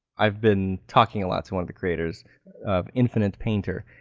i've been talking a lot to one of the creators of infinite painter.